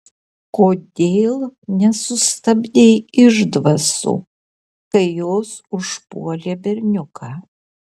kodėl nesustabdei išdvasų kai jos užpuolė berniuką